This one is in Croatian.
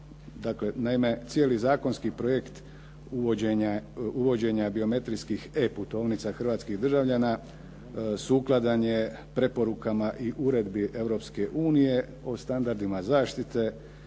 Naime, cijeli zakonski projekt uvođenja biometrijskih e-putovnica hrvatskih državljana sukladan je preporukama i Uredbi Europske unije o standardima zaštite